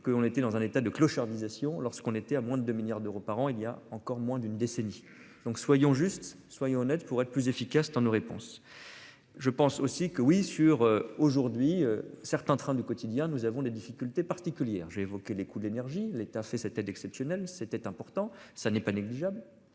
que on était dans un état de clochardisation lorsqu'on était à moins de 2 milliards d'euros par an. Il y a encore moins d'une décennie. Donc soyons justes, soyons honnêtes, pour être plus efficace dans nos réponses. Je pense aussi que oui sur aujourd'hui certains trains du quotidien. Nous avons des difficultés particulières. J'ai évoqué les coûts de l'énergie, l'État fait cette aide exceptionnelle, c'était important. Ça n'est pas négligeable.